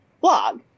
blog